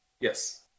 Yes